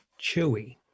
Chewy